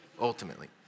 Ultimately